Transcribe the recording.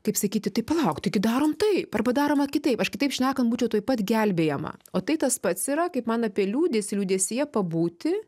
taip sakyti tai palauk taigi darom taip arba daroma kitaip aš kitaip šnekant būčiau tuoj pat gelbėjama o tai tas pats yra kaip man apie liūdesį liūdesyje pabūti